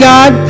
God